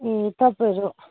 ए तपाईँहरू